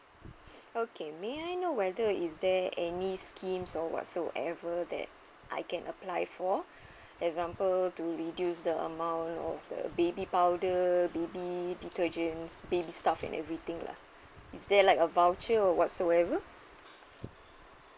okay may I know whether is there any schemes or whatsoever that I can apply for example to reduce the amount of the baby's powder baby's detergents baby's stuff and everything lah is there like a voucher or whatsoever